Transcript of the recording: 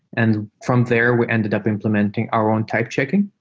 and from there, we ended up implementing our own type checking.